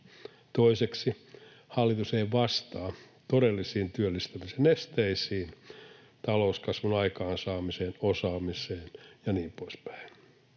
2) Hallitus ei vastaa todellisiin työllistämisen esteisiin, talouskasvun aikaansaamiseen, osaamiseen ja niin poispäin.